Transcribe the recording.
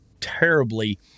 terribly